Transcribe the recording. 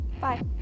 bye